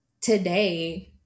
today